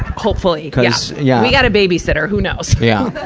hopefully. yeah we got a babysitter who knows? yeah.